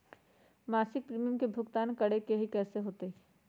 मासिक प्रीमियम के भुगतान करे के हई कैसे होतई?